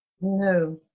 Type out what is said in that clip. No